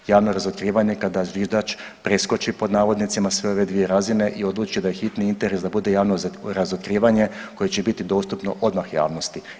Javno razotkrivanje kada zviždač preskoči pod navodnicima sve ove dvije razine i odluči da je hitni interes da bude javno razotkrivanje koje će biti dostupno odmah javnosti.